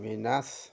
মীনাছ